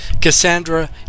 Cassandra